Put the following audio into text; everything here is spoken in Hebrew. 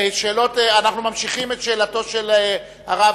ואני טוען ששתי מפות מונחות על השולחן.